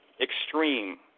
extreme